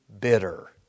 bitter